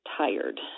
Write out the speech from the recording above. tired